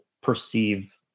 perceive